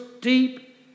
deep